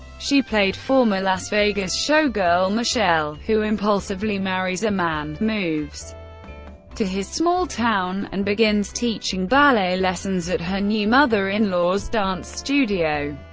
she played former las vegas showgirl michelle, who impulsively marries a man, moves to his small town, and begins teaching ballet lessons at her new mother-in-law's dance studio.